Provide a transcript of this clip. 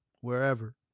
wherever